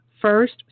first